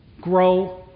grow